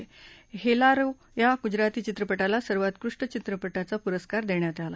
हेलारो या गुजराती चित्रपटाला सर्वोत्कृष्ट चित्रपटाचा पुरस्कार देण्यात आला